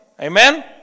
Amen